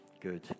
Good